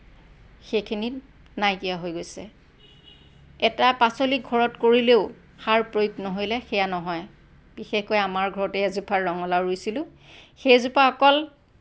সেইখিনি নাইকীয়া হৈ গৈছে এটা পাচলি ঘৰত কৰিলেও সাৰ প্ৰয়োগ নকৰিলে সেইয়া নহয় বিশেষকৈ আমাৰ ঘৰতে এজোপা ৰঙালাও ৰুইছিলোঁ সেইজোপা অকল